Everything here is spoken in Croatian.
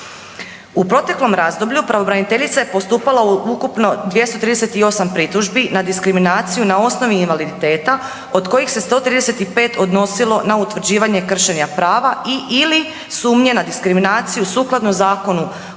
U proteklom razdoblju pravobraniteljica je postupala u ukupno 238 pritužbi na diskriminaciju na osnovi invaliditeta od kojih se 135 odnosilo na utvrđivanje kršenja prava i/ili sumnje na diskriminaciju sukladno Zakonu